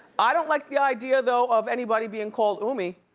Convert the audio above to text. i don't like the idea, though, of anybody being called umi.